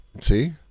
See